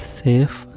safe